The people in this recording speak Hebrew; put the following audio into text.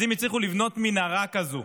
אז אם הצליחו לבנות מנהרה כזו,